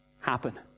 happen